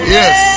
yes